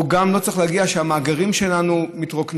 וגם לא צריך להגיע לכך שהמאגרים שלנו מתרוקנים,